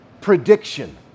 prediction